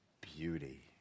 beauty